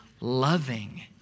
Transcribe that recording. loving